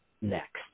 next